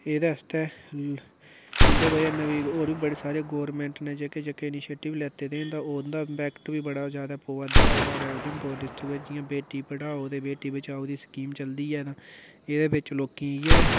एह्दे आस्तै इं'दे वजह ने होर बी बड़े सारे गोरमेन्ट ने जेह्के जेह्के इनिशिएटिव लैते दे न उं'दा इंपैक्ट बी बड़ा ज्यादा पोआ करदा ऐ साढे़ उधमपुर डिस्ट्रीक्ट बिच्च जि'यां बेटी पढ़ाओ ते बेटी बचाओ दी स्कीम चलदी ऐ तां एह्दे बिच्च लोकें इ'यै